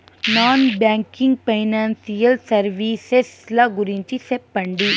Non banking financial services ల గురించి సెప్పండి?